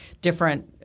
different